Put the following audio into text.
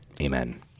Amen